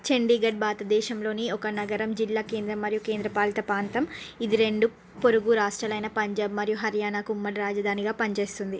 చండీగఢ్ భారతదేశంలోని ఒక నగరం జిల్లా కేంద్రం మరియు కేంద్రపాలిత ప్రాంతం ఇది రెండు పొరుగు రాష్ట్రాలైన పంజాబ్ మరియు హర్యానాకు ఉమ్మడి రాజధానిగా పనిచేస్తుంది